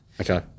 Okay